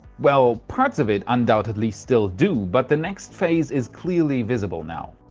well, parts of it undoubtedly still do, but the next phase is clearly visible now.